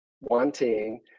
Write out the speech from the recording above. wanting